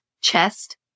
chest